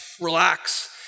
relax